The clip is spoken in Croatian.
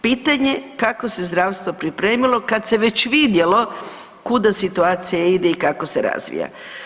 Pitanje kako se zdravstvo pripremilo kad se već vidjelo kuda situacija ide i kako se razvija.